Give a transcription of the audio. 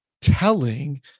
telling